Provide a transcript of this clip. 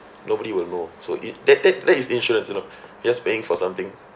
nobody will know so it that that that is insurance you know you're just paying for something